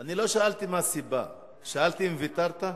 אני לא שאלתי מה הסיבה, שאלתי אם ויתרת.